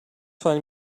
find